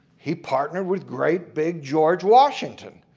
he partnered with great big george washington.